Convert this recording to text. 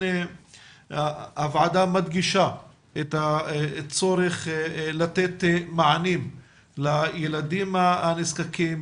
הוועדה מדגישה את הצורך לתת מענים לילדים הנזקקים,